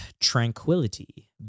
tranquility